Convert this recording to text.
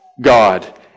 God